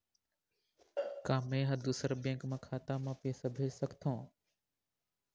का मैं ह दूसर बैंक के खाता म पैसा भेज सकथों?